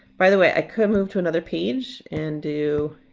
by the way i could move to another page and do